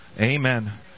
Amen